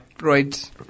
Right